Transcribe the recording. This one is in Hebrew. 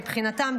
מבחינתם,